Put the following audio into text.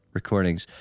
recordings